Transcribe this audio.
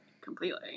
Completely